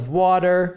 water